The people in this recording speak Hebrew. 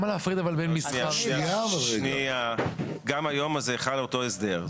--- גם היום חל על זה אותו הסדר.